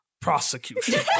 prosecution